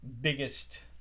biggest